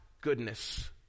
goodness